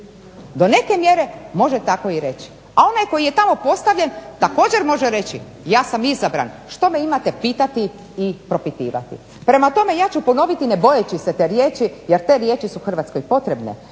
do neke mjere može tako i reći. A onaj koji je tamo postavljen također može reći ja sam izabran, što me imate pitati i propitivati. Prema tome ja ću ponoviti, ne bojeći se te riječi jer te riječi su Hrvatskoj potrebne,